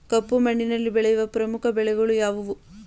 ಕಪ್ಪು ಮಣ್ಣಿನಲ್ಲಿ ಬೆಳೆಯುವ ಪ್ರಮುಖ ಬೆಳೆಗಳು ಯಾವುವು?